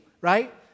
right